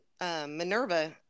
Minerva